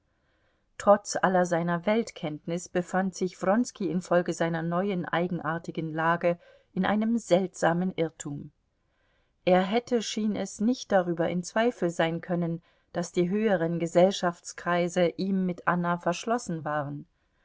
trotz aller seiner weltkenntnis befand sich wronski infolge seiner neuen eigenartigen lage in einem seltsamen irrtum er hätte schien es nicht darüber in zweifel sein können daß die höheren gesellschaftskreise ihm mit anna verschlossen waren